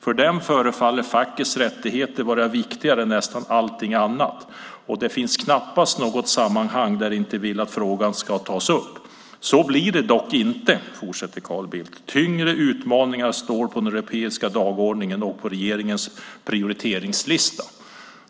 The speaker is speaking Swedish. För dem förefaller fackets rättigheter vara viktigare än nästan allting annat. Det finns knappast något sammanhang där de inte vill att frågan ska tas upp. Så blir det dock inte, fortsätter Carl Bildt. Tyngre utmaningar står på den europeiska dagordningen och på regeringens prioriteringslista.